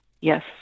Yes